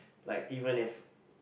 like even if